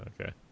Okay